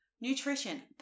Nutrition